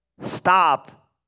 stop